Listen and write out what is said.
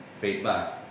feedback